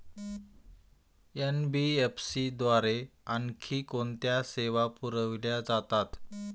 NBFC द्वारे आणखी कोणत्या सेवा पुरविल्या जातात?